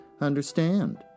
understand